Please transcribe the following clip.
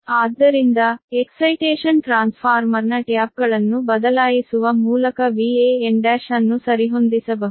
ಆದ್ದರಿಂದ ಪ್ರಚೋದಕ ಟ್ರಾನ್ಸ್ಫಾರ್ಮರ್ನ ಟ್ಯಾಪ್ಗಳನ್ನು ಬದಲಾಯಿಸುವ ಮೂಲಕ Van1 ಡ್ಯಾಶ್ ಅನ್ನು ಸರಿಹೊಂದಿಸಬಹುದು